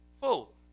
full